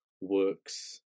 works